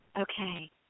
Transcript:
Okay